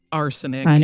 arsenic